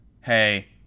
Hey